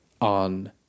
on